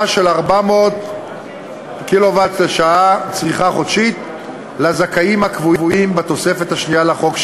של 400 קילו-ואט לשעה צריכה חודשית לזכאים הקבועים בתוספת השנייה לחוק,